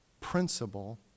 principle